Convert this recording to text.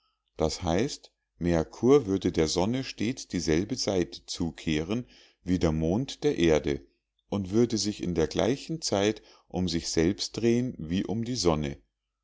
das heißt merkur würde der sonne stets dieselbe seite zukehren wie der mond der erde und würde sich in der gleichen zeit um sich selbst drehen wie um die sonne